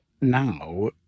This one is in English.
now